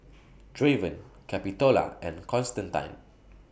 Draven Capitola and Constantine